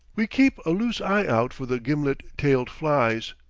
we keep a loose eye out for the gimlet-tailed flies,